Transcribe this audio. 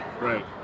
Right